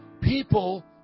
People